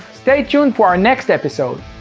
stay tuned for our next episode.